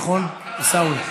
נכון, עיסאווי?